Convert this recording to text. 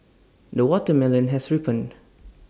the watermelon has ripened